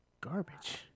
garbage